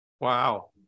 Wow